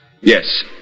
Yes